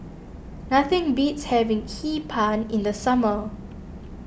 nothing beats having Hee Pan in the summer